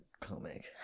comic